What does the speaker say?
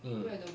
mm